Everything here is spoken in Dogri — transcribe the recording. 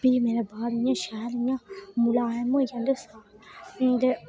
फ्ही मेरे बाल इन्ने मलैम